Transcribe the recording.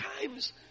times